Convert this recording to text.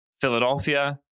Philadelphia